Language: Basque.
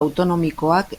autonomikoak